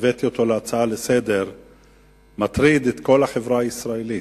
שהבאתי להצעה לסדר-היום מטריד את כל החברה הישראלית.